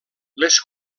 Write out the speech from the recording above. les